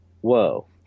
whoa